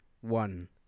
one